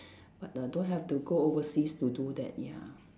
but err don't have to go overseas to do that ya